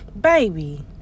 baby